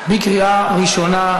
בקריאה ראשונה.